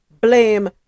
blame